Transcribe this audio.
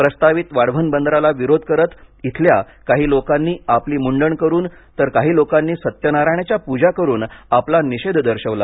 प्रस्तावित वाढवण बंदराला विरोध करत इथल्या काही लोकांनी आपली मुंडण करून तर काही लोकांनी सत्यनारायणाच्या प्रजा करून आपला निषेध दर्शविला